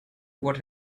what